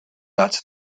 that